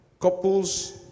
Couples